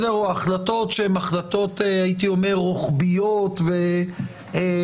או החלטות שהן החלטות רוחביות ודרמטיות.